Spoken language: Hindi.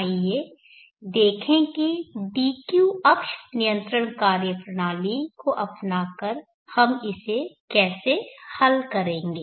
आइए देखें कि dq अक्ष नियंत्रण कार्यप्रणाली को अपनाकर हम इसे कैसे हल करेंगे